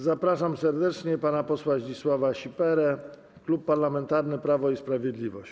Zapraszam serdecznie pana posła Zdzisława Sipierę, Klub Parlamentarny Prawo i Sprawiedliwość.